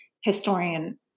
historian